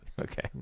Okay